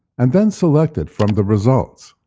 and then select it from the results.